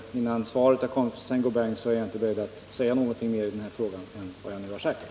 Innan svaret från Saint Gobain har kommit är jag inte beredd att säga någonting mer än jag nu har sagt i denna fråga.